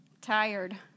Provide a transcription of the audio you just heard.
Tired